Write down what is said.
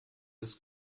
ist